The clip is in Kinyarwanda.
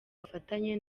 bufatanye